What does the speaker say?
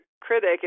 critic